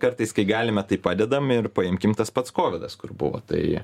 kartais kai galime tai padedam ir paimkim tas pats kovidas kur buvo tai